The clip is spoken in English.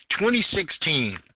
2016